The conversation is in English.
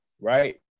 right